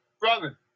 brother